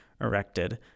erected